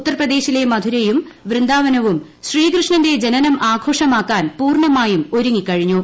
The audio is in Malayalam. ഉത്തർപ്രദേശിലെ മഥുരയും വൃന്ദാവനും ശ്രീകൃഷ്ണന്റെ ജനനം ആഘോഷമാക്കാൻ പൂർണമായും ഒരുങ്ങിക്കഴിഞ്ഞു